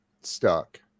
stuck